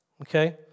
okay